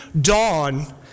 dawn